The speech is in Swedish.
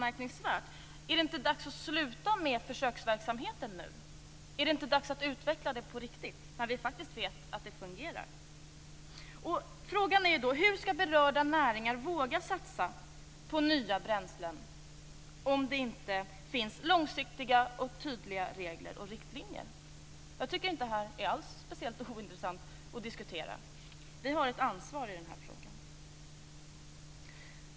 Är det inte dags att sluta med försöksverksamheten nu? Är det inte dags att utveckla detta på riktigt? Vi vet ju att det fungerar. Frågan är hur berörda näringar skall våga satsa på nya bränslen om det inte finns långsiktiga och tydliga regler och riktlinjer. Jag tycker inte alls att detta är speciellt ointressant att diskutera. Vi har ett ansvar i den här frågan.